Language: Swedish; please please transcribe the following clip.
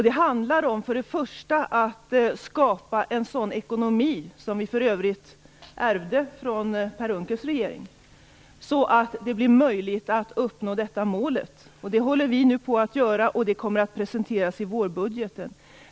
Det handlar för det första om att skapa en sådan ekonomi, med tanke på den vi ärvde från den regering Per Unckel satt i, så att det blir möjligt att uppnå detta mål. Regeringen håller nu på att göra detta, och det kommer att presenteras i vårbudgeten.